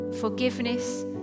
forgiveness